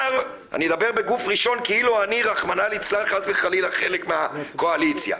אדבר בגוף ראשון כאילו אני רחמנה ליצלן חס וחלילה חלק מן הקואליציה: